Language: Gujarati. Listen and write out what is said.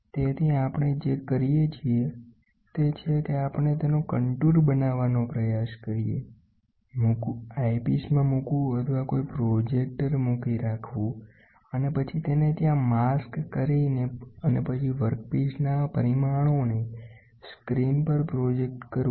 તેથી આપણે જે કરીએ છીએ તે છે કે આપણે તેનો કન્ટૂર બનાવવાનો પ્રયાસ કરીએમૂકવું આઇપિસમાં અથવા કોઈ પ્રોજેક્ટર મૂકી રાખવું અને પછી તેને ત્યાં માસ્ક તરીકે અને પછી વર્કપીસના પરિમાણોને સ્ક્રીન પર પ્રોજેક્ટ કરવું